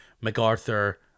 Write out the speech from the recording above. MacArthur